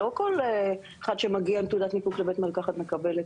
לא כל אחד שמגיע עם תעודת ניפוק לבית מרקחת מקבל.